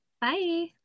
Bye